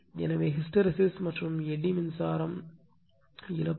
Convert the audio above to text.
எனவே ஹிஸ்டெரெஸிஸ் மற்றும் எடி மின்சாரம் இழப்புகள்